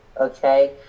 Okay